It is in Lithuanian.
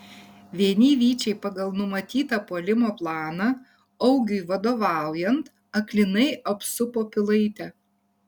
vieni vyčiai pagal numatytą puolimo planą augiui vadovaujant aklinai apsupo pilaitę